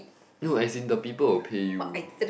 no as in the people will pay you